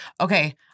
okay